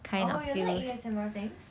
oh you like A_S_M_R things